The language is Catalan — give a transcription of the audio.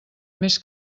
més